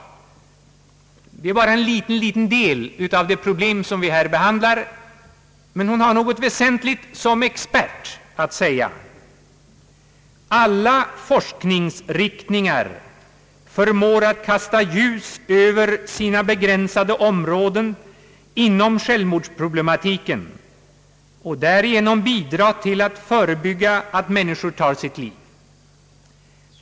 Hennes artikel berör bara en liten, liten del av det problem som vi här behandlar, men som expert har hon något väsentligt att säga: »Alla forskningsriktningar förmår att kasta ljus över sina begränsade områden inom självmordsproblematiken och därigenom bidra till att förebygga att människor tar sitt liv.